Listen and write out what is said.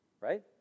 right